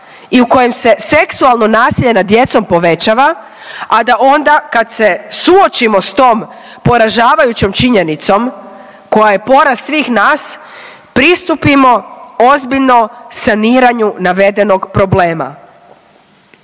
i u kojem se seksualno nasilje nad djecom povećava, a da onda kad se suočimo s tom poražavajućim činjenicom koja je poraz svih nas pristupimo ozbiljno saniranju navedenog problema.